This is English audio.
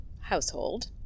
household